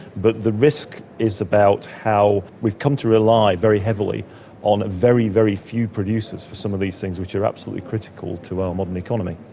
but the risk is about how we've come to rely very heavily on a very, very few producers for some of these things which are absolutely critical to our modern economy.